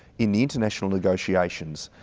in international negotiations,